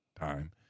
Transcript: Time